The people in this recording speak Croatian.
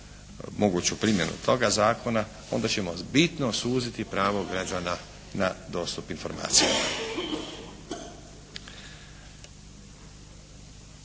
moguću primjenu toga zakona onda ćemo bitno suziti pravo građana na dostup informacijama.